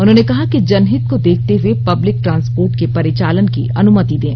उन्होंने कहा कि जनहित को देखते हुए पब्लिक ट्रांसपोर्ट के परिचालन की अनुमति दें